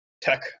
tech